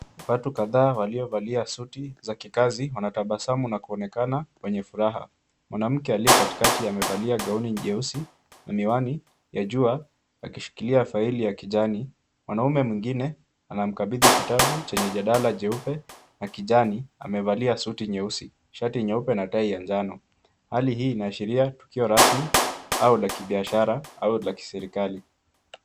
Watu kadhaa waliovalia suti za kikazi wanatabasamu na kuonekana wenye furaha, mwanamke aliye katikati amevalia gauni nyeusi na miwani ya jua akishikilia faili ya kijani. Mwanaume mwingine anamkabidhi kitabu chenye jadala jeupe na kijani amevalia suti nyeusi, shati nyeupe na tai ya njano, hali hii inaashiria tukio rasmi au la kibiashara au la kiserikali.